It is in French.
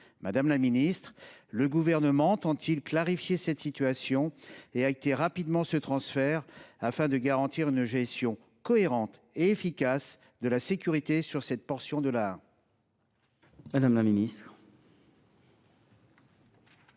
Madame la ministre, le Gouvernement entend il clarifier la situation en actant rapidement ce transfert, afin de garantir une gestion cohérente et efficace de la sécurité sur cette portion de l’A1 ? La parole est